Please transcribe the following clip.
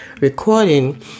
recording